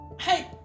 hey